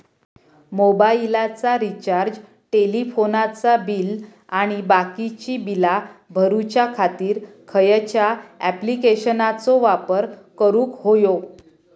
मोबाईलाचा रिचार्ज टेलिफोनाचा बिल आणि बाकीची बिला भरूच्या खातीर खयच्या ॲप्लिकेशनाचो वापर करूक होयो?